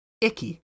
icky